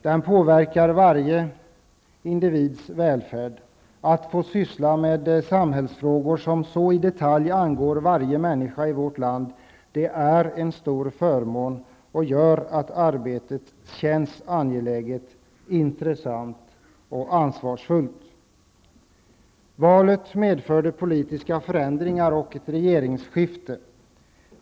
Den påverkar varje individs välfärd. Att få syssla med samhällsfrågor som så i detalj angår varje människa i vårt land är en stor förmån. Det gör att arbetet känns angeläget, intressant och ansvarsfullt. Valet medförde politiska förändringar och ett regeringsskifte.